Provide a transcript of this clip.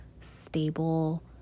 stable